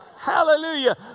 Hallelujah